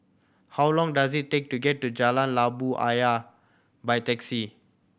how long does it take to get to Jalan Labu Ayer by taxi